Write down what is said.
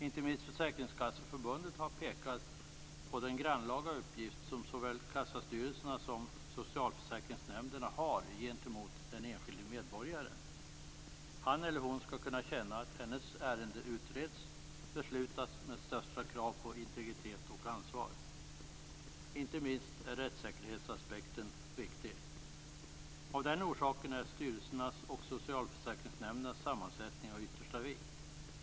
Inte minst Försäkringskasseförbundet har pekat på den grannlaga uppgift som såväl kassastyrelserna som socialförsäkringsnämnderna har gentemot den enskilde medborgaren. Han eller hon skall kunna känna att ärendet utreds och beslutas om med största krav på integritet och ansvar. Inte minst är rättssäkerhetsaspekten viktig. Av den orsaken är styrelsernas och socialförsäkringsnämndernas sammansättning av yttersta vikt.